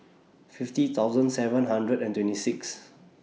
fifty thousand seven hundred and twenty six